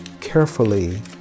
carefully